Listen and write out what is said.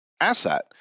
asset